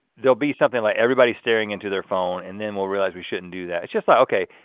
they'll be something like everybody's staring into their phone and then we'll realize we shouldn't do that, it's just like, okay,